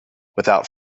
without